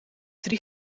drie